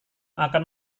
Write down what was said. akan